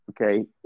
Okay